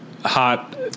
hot